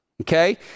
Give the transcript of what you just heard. okay